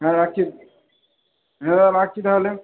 হ্যাঁ রাখছি হ্যাঁ দাদা রাখছি তাহলে